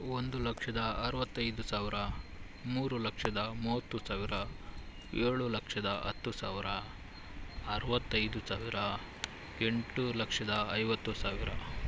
ಒಂದು ಲಕ್ಷದ ಅರವತ್ತೈದು ಸಾವಿರ ಮೂರು ಲಕ್ಷದ ಮೂವತ್ತು ಸಾವಿರ ಏಳು ಲಕ್ಷ ಹತ್ತು ಸಾವಿರ ಅರವತ್ತೈದು ಸಾವಿರ ಎಂಟು ಲಕ್ಷದ ಐವತ್ತು ಸಾವಿರ